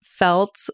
Felt